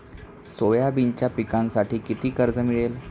सोयाबीनच्या पिकांसाठी किती कर्ज मिळेल?